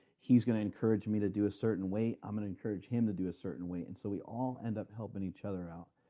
he's going to encourage me to do a certain weight. i'm going to encourage him to do a certain weight and so we all end up helping each other out.